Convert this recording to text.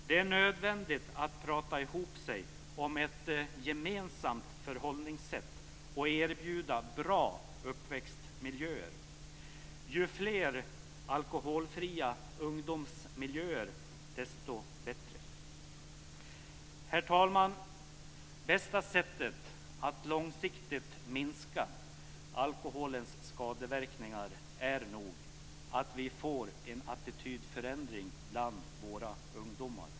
Det är nödvändigt att prata ihop sig om ett gemensamt förhållningssätt och att erbjuda bra uppväxtmiljöer. Ju fler alkoholfria ungdomsmiljöer, desto bättre. Herr talman! Bästa sättet att långsiktigt minska alkoholens skadeverkningar är nog att vi får en attitydförändring bland våra ungdomar.